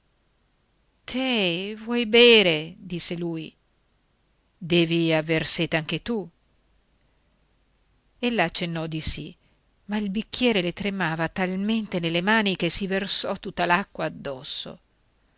te vuoi bere disse lui devi aver sete anche tu ella accennò di sì ma il bicchiere le tremava talmente nelle mani che si versò tutta l'acqua addosso